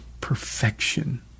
perfection